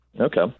Okay